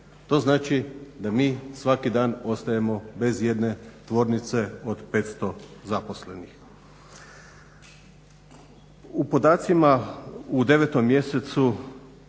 To znači da mi svaki dan ostajemo bez jedne tvornice od 500 zaposlenih. U podacima u 9.mjesecu